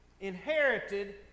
inherited